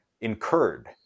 incurred